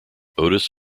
otis